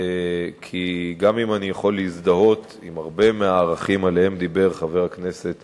כי גם אם אני יכול להזדהות עם הרבה מהערכים שחבר הכנסת